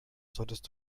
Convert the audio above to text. solltest